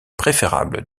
préférable